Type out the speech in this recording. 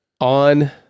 on